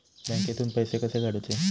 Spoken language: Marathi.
बँकेतून पैसे कसे काढूचे?